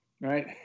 right